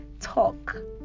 talk